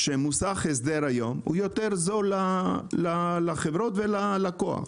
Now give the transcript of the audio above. מוסך הסדר זול יותר לחברות וללקוח.